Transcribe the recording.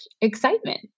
excitement